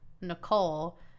nicole